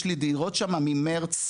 יש לי דירות שמה ממרץ 22,